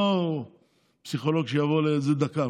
לא פסיכולוג שיבוא לאיזה דקה,